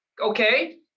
Okay